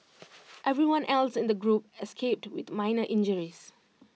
everyone else in the group escaped with minor injuries